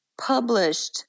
published